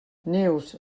neus